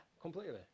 completely